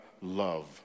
love